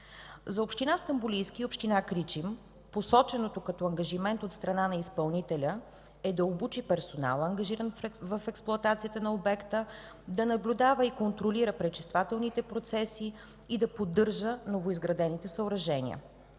За община Стамболийски и община Кричим посоченото като ангажимент от страна на изпълнителя е да обучи персонала, ангажиран в експлоатацията на обекта, да наблюдава и контролира пречиствателните процеси и да поддържа новоизградените съоръжения.